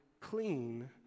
Clean